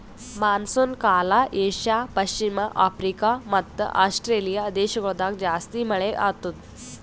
monsoon ಕಾಲ Asia, ಪಶ್ಚಿಮ Africa ಮತ್ತ ಆಸ್ಟ್ರೇಲಿಯಾ ದೇಶಗೊಳ್ದಾಗ್ ಜಾಸ್ತಿ ಮಳೆ ಆತ್ತುದ್